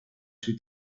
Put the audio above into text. sui